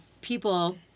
people